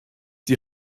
die